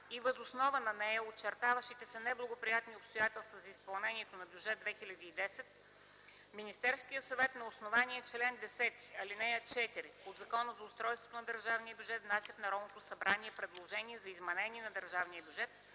и въз основа на нея очертаващи се неблагоприятни обстоятелства за изпълнението на бюджет 2010 г. Министерският съвет, на основание чл. 10, ал. 4 от Закона за устройството на държавния бюджет, внася в Народното събрание предложение за изменение на държавния бюджет